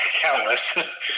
countless